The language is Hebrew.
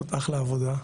עושות אחלה עבודה.